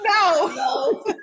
no